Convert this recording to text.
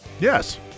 Yes